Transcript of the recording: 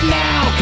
now